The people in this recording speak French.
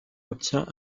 obtient